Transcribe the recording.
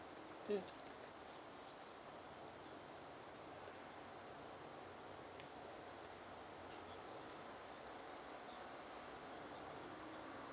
mm